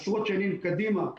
עשרות שנים קדימה,